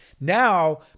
Now